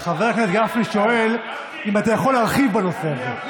חבר הכנסת גפני שואל אם אתה יכול להרחיב בנושא הזה.